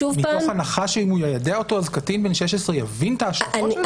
מתוך הנחה שאם הוא יידע אותו אז קטין בן 16 יבין את ההשלכות של זה?